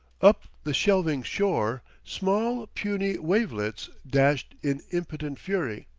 up the shelving shore, small, puny wavelets dashed in impotent fury,